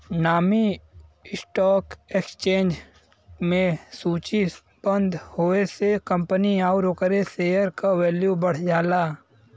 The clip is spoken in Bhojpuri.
नामी स्टॉक एक्सचेंज में सूचीबद्ध होये से कंपनी आउर ओकरे शेयर क वैल्यू बढ़ जाला